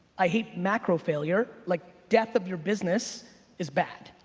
i hate macro-failure like death of your business is bad.